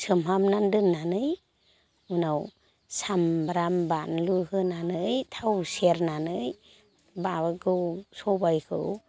सोमहाबनानै दोननानै उनाव सामब्राम बानलु होनानै थाव सेरनानै माबाखौ सबाइखौ